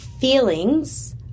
Feelings